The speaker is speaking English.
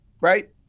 right